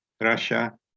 Russia